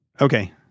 Okay